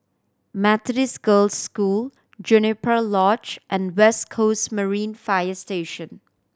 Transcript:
Methodist Girls' School Juniper Lodge and West Coast Marine Fire Station